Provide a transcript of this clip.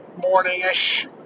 morning-ish